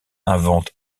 invente